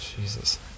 Jesus